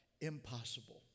impossible